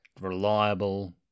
reliable